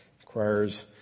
requires